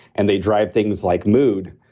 and they drive things like mood,